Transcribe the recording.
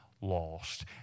lost